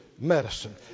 medicine